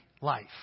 life